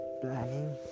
planning